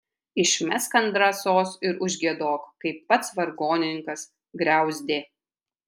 išmesk ant drąsos ir užgiedok kaip pats vargonininkas griauzdė